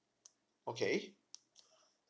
okay